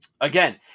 again